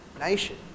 nation